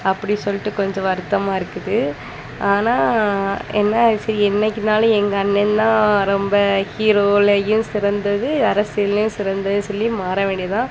அப்படி சொல்லிட்டு கொஞ்சம் வருத்தமாக இருக்குது ஆனால் என்ன செய் என்றைக்குனாலும் எங்கள் அண்ணே தான் ரொம்ப ஹீரோலையும் சிறந்தது அரசியல்லையும் சிறந்ததுன்னு சொல்லி மாற வேண்டியதான்